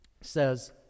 says